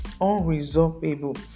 unresolvable